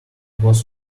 both